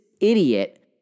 idiot